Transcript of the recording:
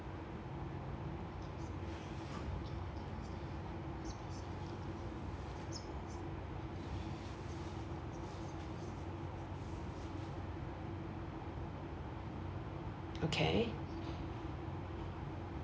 okay